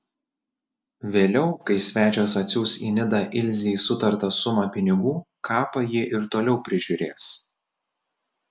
vėliau kai svečias atsiųs į nidą ilzei sutartą sumą pinigų kapą ji ir toliau prižiūrės